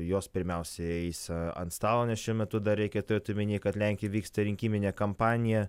jos pirmiausia eis a ant stalo nes šiuo metu dar reikia turėt omeny kad lenkijoj vyksta rinkiminė kampanija